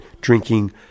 drinking